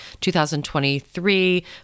2023